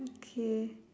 okay